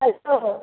hello